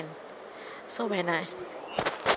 so when I